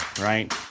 right